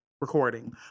Recording